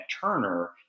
Turner